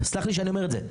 סלח לי שאני אומר את זה,